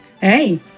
Hey